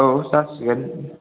औ जासिगोन